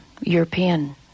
european